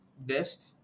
best